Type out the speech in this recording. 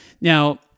Now